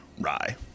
rye